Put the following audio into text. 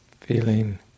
Feeling